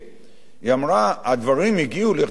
היא אמרה: הדברים הגיעו לידי כך